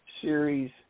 series